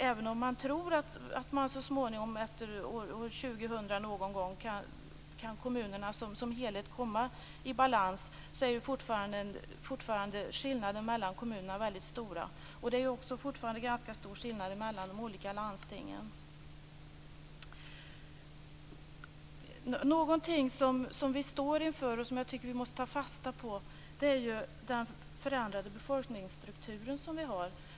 Även om man tror att kommunerna så småningom, någon gång efter år 2000, kan komma i balans är skillnaderna mellan kommunerna fortfarande väldigt stora. Det är också fortfarande ganska stor skillnad mellan de olika landstingen. Någonting som vi står inför och som vi måste ta fasta på är den förändrade befolkningsstrukturen.